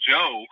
Joe